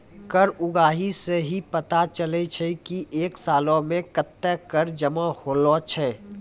कर उगाही सं ही पता चलै छै की एक सालो मे कत्ते कर जमा होलो छै